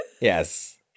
Yes